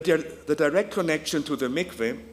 The direct connection to the mikveh